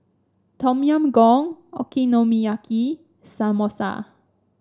Tom Yam Goong Okonomiyaki Samosa